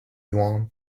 yuan